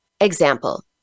Example